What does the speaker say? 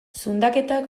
zundaketak